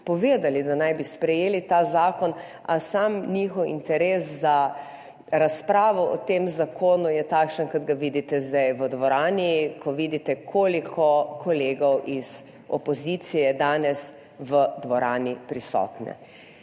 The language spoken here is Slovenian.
da naj bi sprejeli ta zakon, a sam njihov interes za razpravo o tem zakonu je takšen, kot ga vidite zdaj v dvorani, ko vidite, koliko kolegov iz opozicije je danes v dvorani prisotnih.